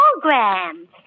program